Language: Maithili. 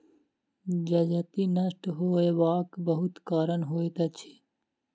जजति नष्ट होयबाक बहुत कारण होइत अछि